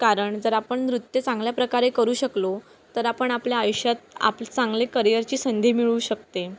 कारण जर आपण नृत्य चांगल्या प्रकारे करू शकलो तर आपण आपल्या आयुष्यात आप चांगले करिअरची संधी मिळू शकते